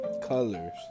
colors